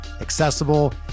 accessible